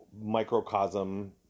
microcosm